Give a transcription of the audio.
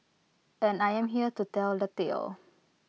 and I am here to tell the tale